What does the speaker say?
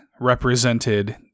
represented